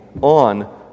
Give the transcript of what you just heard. on